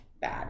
bad